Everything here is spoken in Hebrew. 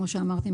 כמו שאמרתי,